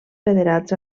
federats